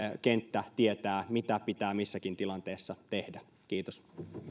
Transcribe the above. kenttä tietää mitä pitää missäkin tilanteessa tehdä kiitos